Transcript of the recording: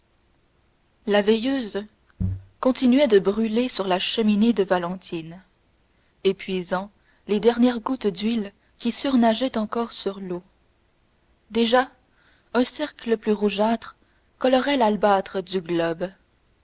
la veilleuse continuait de brûler sur la cheminée de valentine épuisant les dernières gouttes d'huile qui surnageaient encore sur l'eau déjà un cercle plus rougeâtre colorait l'albâtre du globe